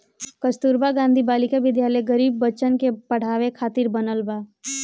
कस्तूरबा गांधी बालिका विद्यालय गरीब बच्चन के पढ़ावे खातिर बनल बा